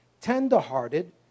tenderhearted